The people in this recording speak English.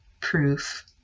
proof